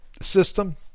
system